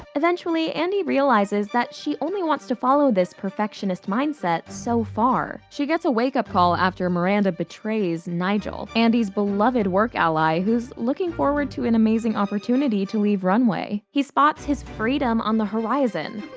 eventually andy realizes that she only wants to follow this perfectionist mindset so far. she gets a wake-up call after miranda betrays nigel, andy's beloved work ally who's looking forward to an amazing opportunity to leave runway. he spots his freedom on the horizon.